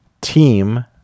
team